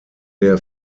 der